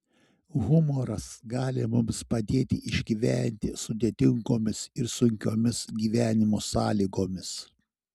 humoras gali mums padėti išgyventi sudėtingomis ir sunkiomis gyvenimo sąlygomis